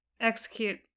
execute